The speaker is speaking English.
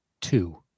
Two